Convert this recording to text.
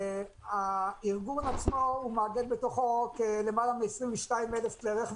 הארגון עצמו מאגד בתוכו למעלה מ-22,000 כלי רכב,